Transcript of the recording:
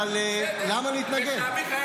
למה שיניתם?